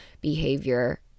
behavior